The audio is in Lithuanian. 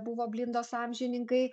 buvo blindos amžininkai